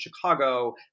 Chicago